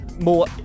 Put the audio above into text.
more